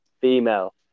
Female